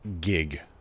gig